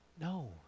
No